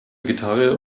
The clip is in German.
gitarre